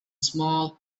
small